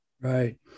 Right